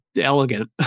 elegant